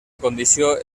condició